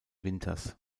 winters